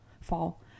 fall